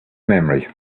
memory